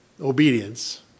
Obedience